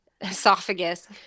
esophagus